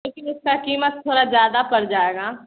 लेकिन उसका कीमत थोड़ा ज़्यादा पड़ जाएगा